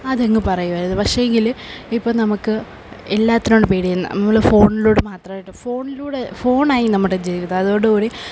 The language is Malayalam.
അതങ്ങ് പറയുമായിരുന്നു പക്ഷേങ്കിൽ ഇപ്പം നമുക്ക് എല്ലാത്തിനോടും പേടിയാണ് നമ്മൾ ഫോണിലൂടെ മാത്രമായിട്ട് ഫോണിലൂടെ ഫോണായി നമ്മുടെ ജീവിതം അതോടുകൂടി നമ്മുടെ